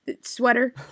sweater